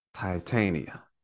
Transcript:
Titania